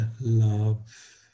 love